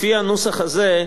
לפי הנוסח הזה,